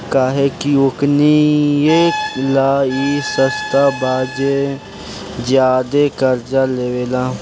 काहे कि ओकनीये ला ई सस्ता बा जे ज्यादे कर्जा लेवेला